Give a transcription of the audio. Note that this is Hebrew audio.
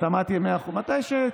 מה אני חושבת, מתי שתהיה.